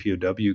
pow